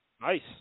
Nice